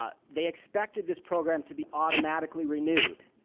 ah they expected this program to be automatically renewed.